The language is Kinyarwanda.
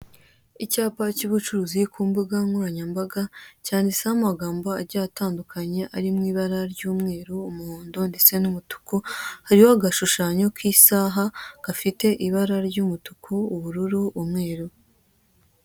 Icyapa cy'ubucuruzi ku mbuga nkoranyambaga, cyanditseho amagambo agiye atandukanye, ari mu ibara ry'umweru, umuhondo ndetse n'umutuku. Hariho agashushanyo k'isaha, gafite ibara ry'umutuku, ubururu, umweru.